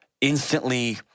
instantly